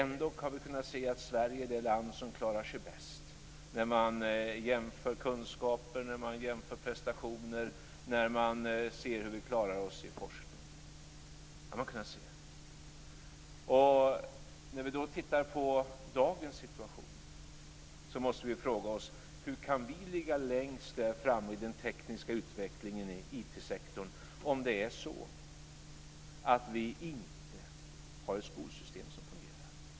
Ändå har vi kunnat se att Sverige är det land som klarar sig bäst när man jämför kunskaper, prestationer och hur vi klarar oss i forskning. Det har man kunnat se. När vi då tittar på dagens situation måste vi fråga oss hur vi kan ligga längst fram i den tekniska utvecklingen i IT-sektorn om det är så att vi inte har ett skolsystem som fungerar.